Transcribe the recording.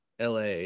LA